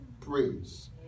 praise